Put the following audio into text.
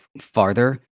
farther